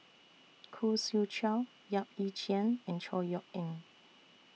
Khoo Swee Chiow Yap Ee Chian and Chor Yeok Eng